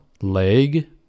leg